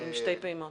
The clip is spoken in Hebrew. עם שתי פעימות.